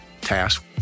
task